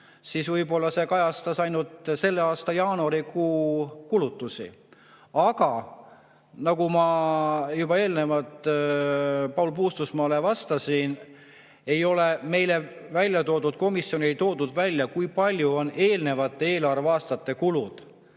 siis võib-olla see kajastas ainult selle aasta jaanuarikuu kulutusi. Aga nagu ma juba eelnevalt Paul Puustusmaale vastasin, meile ei ole välja toodud, komisjonile ei toodud välja, kui suured on eelnevate eelarveaastate kulud.